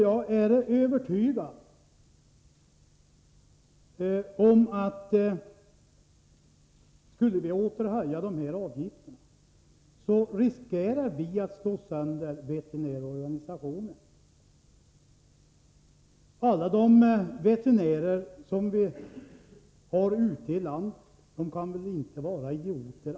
Jag är övertygad om att om vi åter höjer djursjukvårdsavgiften riskerar vi att slå sönder veterinärorganisationen. Alla de veterinärer som vi har ute i landet kan väl inte vara idioter?